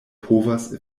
povas